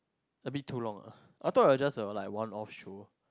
a bit too long ah I thought it was just a like one off show